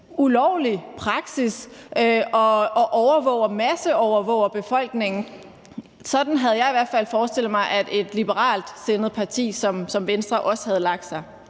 ulovlig praksis og masseovervåger befolkningen. Sådan havde jeg i hvert fald forestillet mig at et liberalt sindet parti som Venstre også havde lagt sig.